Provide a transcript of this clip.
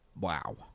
wow